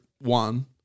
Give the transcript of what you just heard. one